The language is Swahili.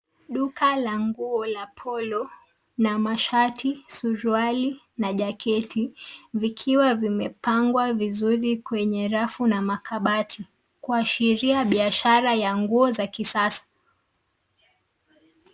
Duka la nguo la Polo, na mashati, suruali na jaketi vikiwa vimepangwa vizuri kwenye rafu na makabati kuashiria biashara wa nguo za kisasa.